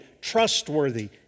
trustworthy